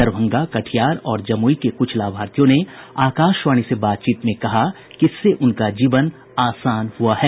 दरभंगा कटिहार और जमुई के कुछ लाभार्थियों ने आकाशवाणी से बातचीत में कहा कि इससे उनका जीवन आसान हुआ है